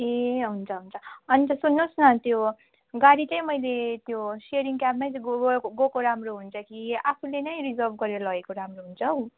ए हुन्छ हुन्छ अन्त सुन्नुहोस् न त्यो गाडी चाहिँ मैले त्यो सेयरिङ क्याबमै गएको राम्रो हुन्छ कि आफूले नै रिजर्भ गरेर लगेको राम्रो हुन्छ हौ